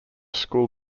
school